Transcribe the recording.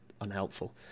unhelpful